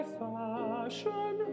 fashion